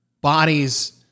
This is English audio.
bodies